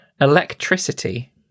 electricity